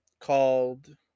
called